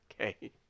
okay